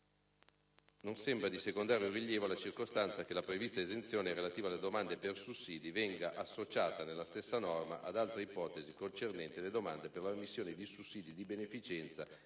Non sembra di secondario rilievo la circostanza che la prevista esenzione relativa alle domande per "sussidi" venga associata, nella stessa norma, ad altra ipotesi concernente le domande "per l'ammissione in istituti di beneficenza